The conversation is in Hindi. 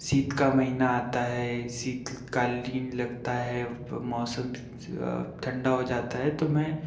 शीत का महीना आता है शीतकालीन लगता है मौसम ठंडा हो जाता है तो मैं